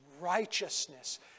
righteousness